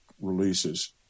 releases